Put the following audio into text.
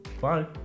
bye